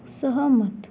सहमत